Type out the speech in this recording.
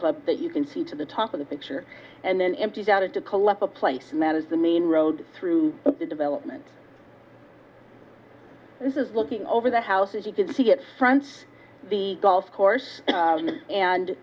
club that you can see to the top of the picture and then empties out to collect a place and that is the main road through the development this is looking over the house as you can see it runs the golf course and